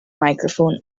microphone